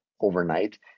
overnight